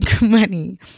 money